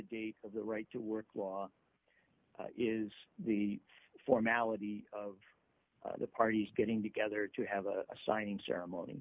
date of the right to work law is the formality of the parties getting together to have a signing ceremony